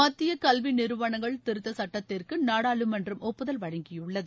மத்திய கல்வி நிறுவனங்கள் திருத்தச் சட்டத்திற்கு நாடாளுமன்றம் ஒப்புதல் வழங்கியுள்ளது